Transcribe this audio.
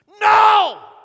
No